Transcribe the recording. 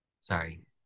Sorry